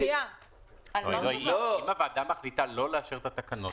אם הוועדה מחליטה לא לאשר את התקנות,